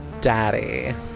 Daddy